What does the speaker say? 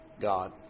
God